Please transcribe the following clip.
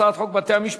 הצעת חוק בתי-המשפט